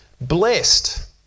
Blessed